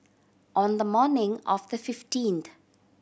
on the morning of the fifteenth